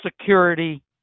security